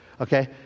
Okay